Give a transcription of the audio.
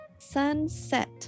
Sunset